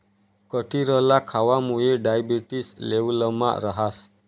कटिरला खावामुये डायबेटिस लेवलमा रहास